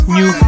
New